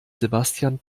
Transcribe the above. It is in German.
sebastian